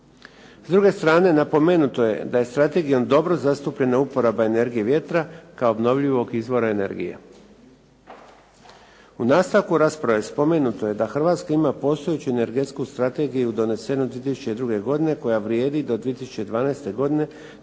S druge strane napomenuto je da je strategijom dobro zastupljena uporaba energije vjetra kao obnovljivog izvora energije. U nastavku rasprave spomenuto je da Hrvatska ima postojeću energetsku strategiju donesenu 2002. godine koja vrijedi do 2012. godine